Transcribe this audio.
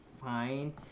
fine